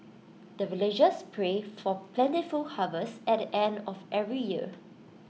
the villagers pray for plentiful harvest at the end of every year